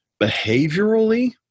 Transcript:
behaviorally